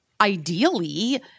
ideally